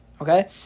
okay